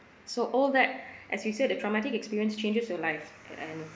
so all that as we said a traumatic experience changes your life and